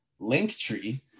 Linktree